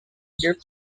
gift